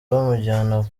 bamujyana